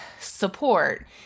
support